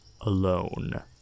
alone